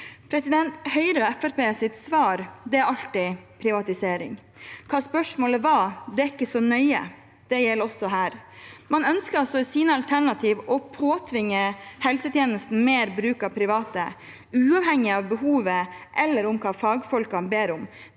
Fremskrittspartiets svar er alltid privatisering. Hva spørsmålet var, er ikke så nøye. Det gjelder også her. Man ønsker altså i sine alternative budsjetter å påtvinge helsetjenesten mer bruk av private, uavhengig av behovet eller hva fagfolkene ber om.